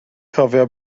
cofio